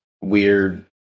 weird